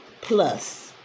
plus